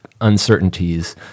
uncertainties